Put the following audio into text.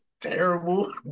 Terrible